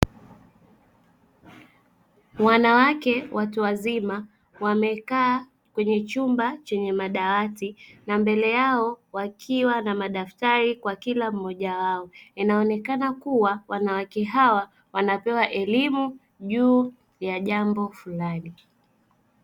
Wanawake watu wazima wamekaa kwenye chumba chenye madawati na mbele yao wakiwa na madaftari kwa kila mmoja wao. Inaonekana kuwa wanawake hawa wanapewa elimu juu ya jambo fulani.